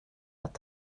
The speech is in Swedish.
att